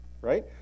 Right